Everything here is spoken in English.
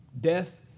Death